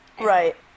Right